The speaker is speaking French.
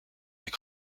est